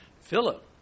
Philip